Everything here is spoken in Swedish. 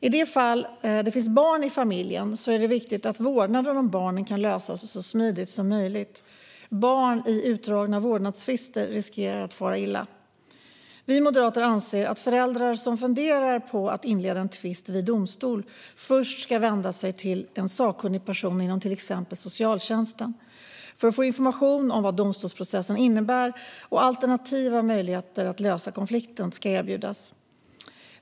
I de fall det finns barn i familjen är det viktigt att frågan om vårdnaden av barnen kan lösas så smidigt som möjligt. Barn i utdragna vårdnadstvister riskerar att fara illa. Vi moderater anser att föräldrar som funderar på att inleda en tvist vid domstol först ska vända sig till en sakkunnig person inom till exempel socialtjänsten för att få information om vad domstolsprocessen innebär, och alternativa sätt att lösa konflikten ska erbjudas.